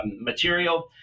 material